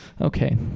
Okay